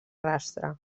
rastre